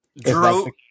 Drew